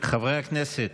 חברי הכנסת,